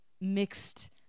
mixed